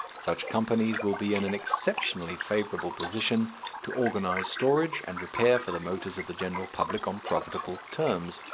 such companies will be in an exceptionally favourable position to organize storage and repair for the motors of the general public on profitable terms,